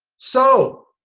so!